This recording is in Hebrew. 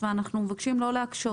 אנחנו מבקשים לא להקשות.